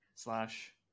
Slash